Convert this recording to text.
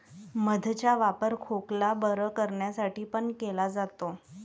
मध चा वापर खोकला बरं करण्यासाठी पण केला जातो